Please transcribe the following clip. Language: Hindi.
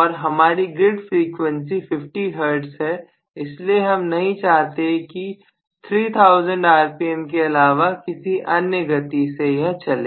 और हमारी ग्रिड फ्रीक्वेंसी 50 हर्ट्ज़ है इसलिए हम नहीं चाहते कि यह 3000 आरपीएम के अलावा किसी अन्य गति से चले